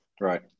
Right